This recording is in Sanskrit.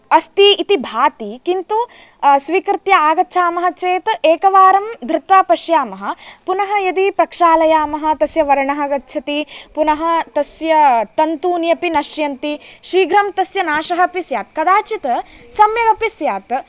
अस्ति इति भाति किन्तु स्वीकृत्य आगच्छामः चेत् एकवारं धृत्वा पश्यामः पुनः यदि प्रक्षालयामः तस्य वर्णः गच्छति पुनः तस्य तन्तूनि अपि नश्यन्ति शीघ्रं तस्य नाशः अपि स्यात् कदाचित् सम्यगपि स्यात्